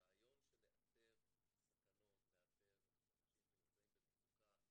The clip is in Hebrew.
הרעיון של לאתר סכנות, לאתר אנשים שנמצאים במצוקה,